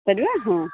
ପାରିବେ ହଁ